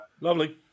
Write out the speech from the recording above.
lovely